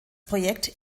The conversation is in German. projekt